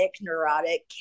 neurotic